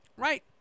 Right